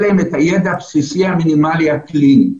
להם את הידע הבסיסי המינימלי הקליני.